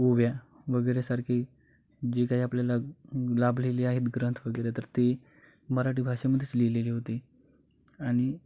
ओव्या वगैरेसारखे जे काही आपल्याला लाभलेले आहेत ग्रंथ वगैरे तर ते मराठी भाषेमध्येच लिहिलेले होते आणि